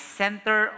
center